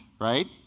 right